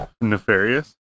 nefarious